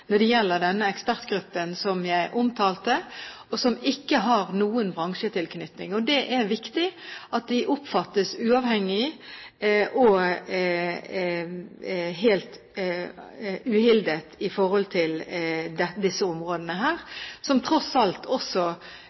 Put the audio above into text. når det gjelder den ekspertgruppen som jeg omtalte, og som ikke har noen bransjetilknytning. Det er viktig at de oppfattes som uavhengige og helt uhildet i forhold til disse områdene, hvor det tross alt